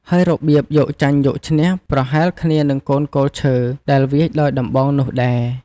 ហើយរបៀបយកចាញ់យកឈ្នះ ប្រហែលគ្នានឹងកូនគោលឈើ ដែលវាយដោយដំបងនោះដែរ។